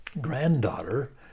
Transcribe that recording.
granddaughter